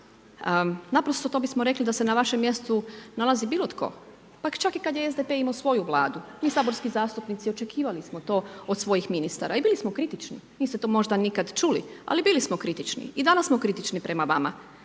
Naprosto to bismo rekli da se na vašem mjestu nalazi bilo tko, pa čak i kada je SDP imao svoju vladu. Mi saborski zastupnici očekivali smo to od svojih ministara i bili smo kritični, niste to možda nikada čuli, ali biti smo kritični i danas smo kritični prema vama.